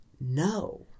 No